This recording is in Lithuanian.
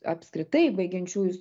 apskritai baigiančiųjų